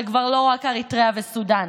זה כבר לא רק אריתריאה וסודן.